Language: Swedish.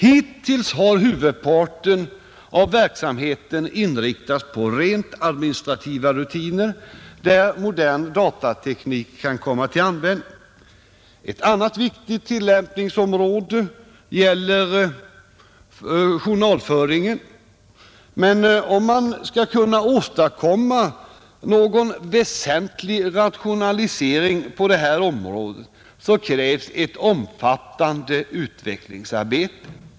Hittills har huvudparten av verksamheten inriktats på rent administrativa rutiner, där modern datateknik kan komma till användning. Ett annat viktigt tillämpningsområde gäller journalföringen, men om man skall kunna åstadkomma någon väsentlig rationalisering på det området, krävs ett omfattande utvecklingsarbete.